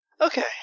Okay